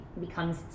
becomes